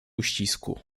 uścisku